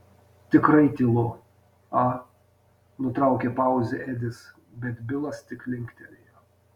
tikrai tylu a nutraukė pauzę edis bet bilas tik linktelėjo